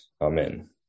Amen